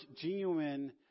genuine